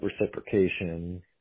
reciprocation